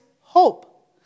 hope